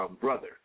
brother